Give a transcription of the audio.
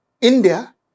India